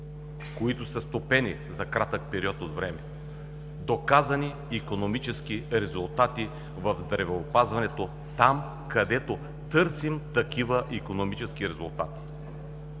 които са стопени за кратък период от време, доказани икономически резултати в здравеопазването – там, където търсим такива икономически резултати!